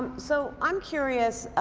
so i'm curious,